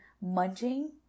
munching